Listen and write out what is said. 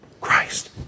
Christ